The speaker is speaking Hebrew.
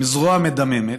עם זרוע מדממת